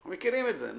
אנחנו מכירים את זה.